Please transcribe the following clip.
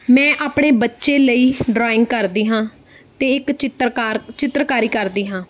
ਮੈਂ ਆਪਣੇ ਬੱਚੇ ਲਈ ਡਰਾਇੰਗ ਕਰਦੀ ਹਾਂ ਅਤੇ ਇੱਕ ਚਿੱਤਰਕਾਰ ਚਿੱਤਰਕਾਰੀ ਕਰਦੀ ਹਾਂ